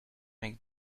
make